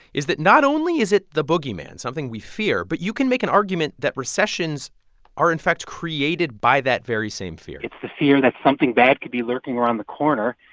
is that not only is it the boogeyman, something we fear, but you can make an argument that recessions are in fact created by that very same fear it's the fear that something bad could be lurking around the corner,